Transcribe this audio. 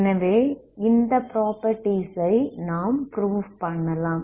எனவே இந்த ப்ராப்பர்ட்டீஸ் ஐ நாம் ப்ரூவ் பண்ணலாம்